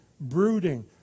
brooding